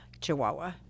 chihuahua